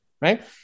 right